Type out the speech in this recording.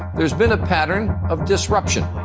there's been a pattern of disruption